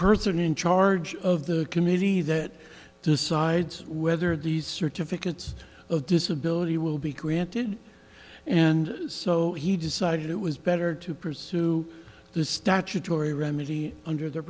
person in charge of the committee that decides whether these certificates of disability will be granted and so he decided it was better to pursue the statutory remedy under the